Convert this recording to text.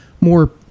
more